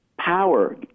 power